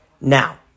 Now